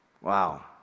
Wow